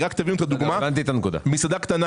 במסעדה קטנה,